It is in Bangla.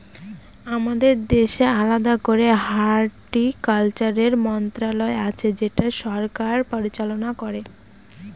আমাদের দেশে আলাদা করে হর্টিকালচারের মন্ত্রণালয় আছে যেটা সরকার পরিচালনা করে